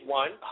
one